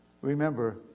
remember